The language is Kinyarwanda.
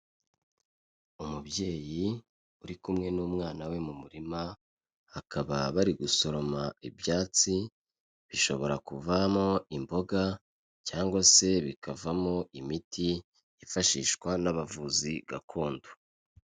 Umubyeyi uri kumwe n'umwana we mu murima, bakaba bari gusoroma ibyatsi bishobora kuvamo imboga cyangwa se bikavamo imiti yifashishwa n'abavuzi gakondo.